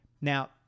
Now